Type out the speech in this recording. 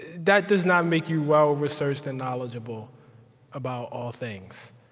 that does not make you well-researched and knowledgeable about all things.